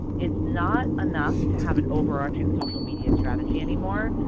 it's not enough to have an overarching social media strategy anymore.